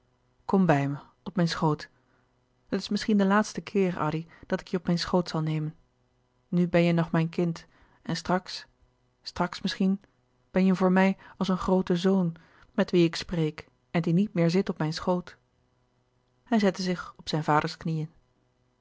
kom bij me op mijn schoot het is misschien de laatste keer addy dat ik je op mijn schoot zal nemen nu ben je nog mijn kind en straks straks misschien ben je voor mij als een groote zoon met wien ik spreek en die niet meer zit op mijn schoot hij zette zich op zijn vaders knieën